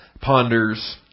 ponders